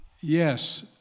Yes